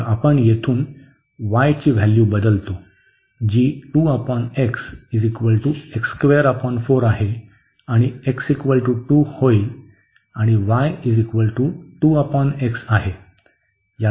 तर आपण येथून y ची व्हॅल्यू बदलतो जी आहे आणि x 2 होईल आणि y आहे